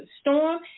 Storm